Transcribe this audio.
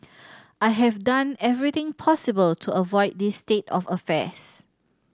I have done everything possible to avoid this state of affairs